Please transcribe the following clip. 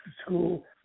school